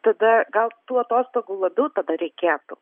tada gal tų atostogų labiau tada reikėtų